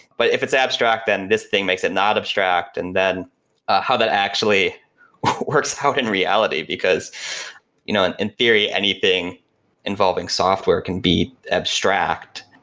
but if it's abstract, then this thing makes it not abstract and then how that actually works out in reality, because you know and in theory anything involving software can be abstract.